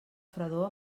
fredor